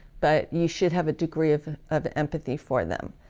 but you should have a degree of of empathy for them.